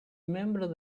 membro